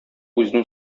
үзенең